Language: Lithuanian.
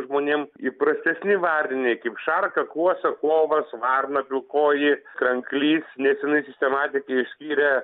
žmonėms įprastesni varniniai kaip šarka kuosa kovas varna pilkoji kranklys nesenai sistematikai išskyrė